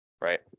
right